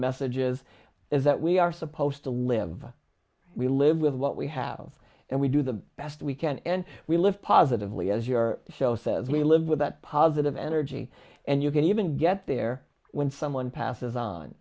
messages is that we are supposed to live we live with what we have and we do the best we can and we live positively as your show says we live with that positive energy and you can even get there when someone passes on